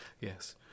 Yes